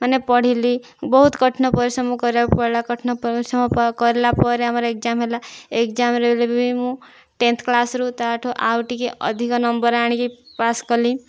ମାନେ ପଢ଼ିଲି ବହୁତ କଠିନ ପରଶ୍ରମ କରିବାକୁ ପଡ଼ିଲା କଠିନ ପରିଶ୍ରମ କଲା ପରେ ଆମର ଏକଜାମ୍ ହେଲା ଏକଜାମ୍ରେ ହେଲେ ବି ମୁଁ ଟେନ୍ଥ କ୍ଲାସ୍ ଠୁ ତା'ଠୁ ଆଉ ଟିକେ ଅଧିକ ନମ୍ବର ଆଣିକି ପାସ୍ କଲି